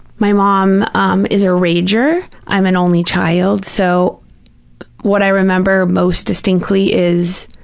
my mom um is a rager. i'm an only child, so what i remember most distinctly is,